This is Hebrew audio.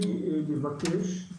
אני מבקש,